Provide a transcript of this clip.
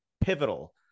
pivotal